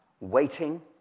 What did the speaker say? waiting